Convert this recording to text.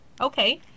Okay